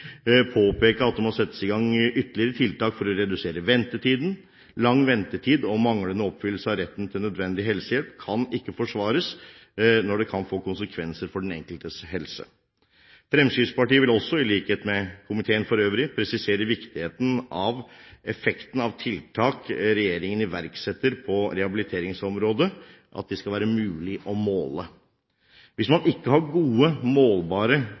påpeke at det må settes i gang ytterligere tiltak for å redusere ventetiden. Lang ventetid og manglende oppfyllelse av retten til nødvendig helsehjelp kan ikke forsvares når det kan få konsekvenser for den enkeltes helse. Fremskrittspartiet vil også, i likhet med komiteen for øvrig, presisere viktigheten av at effekten av tiltakene regjeringen iverksetter på dette rehabiliteringsområdet, skal være mulig å måle. Hvis man ikke har gode, målbare